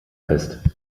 fest